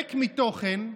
ריק מתוכן,